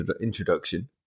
introduction